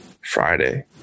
Friday